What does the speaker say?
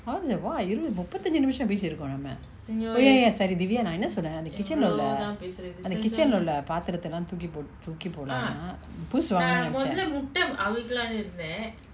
house and !wah! இருவது முப்பத்தஞ்சு நிமிசோ பேசி இருக்கோ நம்ம:iruvathu muppathanju nimiso pesi iruko namma oh ya ya சரி:sari divya நா என்ன சொன்ன அந்த:na enna sonna antha kitchen lah உள்ள அந்த:ulla antha kitchen lah உள்ள பாத்திரதலா தூக்கிபோடு தூகிபோடனுனா புதுசு வாங்கணுனு நெனச்ச:ulla paathirathala thookipodu thookipodanuna puthusu vaanganunu nenacha